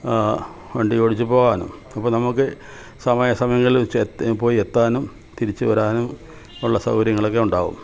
വണ്ടിയോടിച്ച് പോകാനും അപ്പോള് നമുക്ക് സമയാസമയങ്ങളില് പോയെത്താനും തിരിച്ച് വരാനും ഉള്ള സൗകര്യങ്ങളൊക്കെ ഉണ്ടാവും